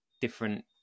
different